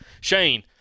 Shane